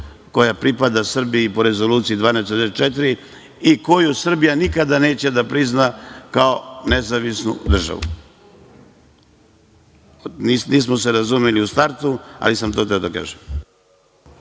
koja pripada Srbiji po Rezoluciji 1244 i koju Srbija nikada neće da prizna kao nezavisnu državu. Nismo se razumeli u startu, ali sam to hteo da kažem.